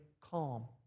calm